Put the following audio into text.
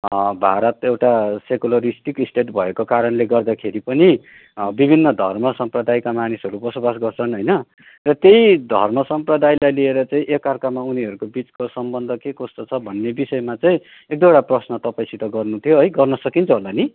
भारत एउटा secularistic state भएको कारणले गर्दाखेरि पनि विभिन्न धर्म सम्प्रदायका मानिसहरू बसोबास गर्छन् होइन र त्यही धर्म सम्प्रदायलाई लिएर चाहिँ एकाअर्कामा उनीहरूको बिचको सम्बन्ध के कस्तो भन्ने विषयमा चाहिँ एक दुईवटा प्रश्न तपाईँसित गर्नु थियो है गर्नसकिन्छ होला नि